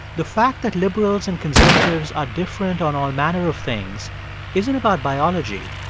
the fact that liberals and conservatives are different on all manner of things isn't about biology.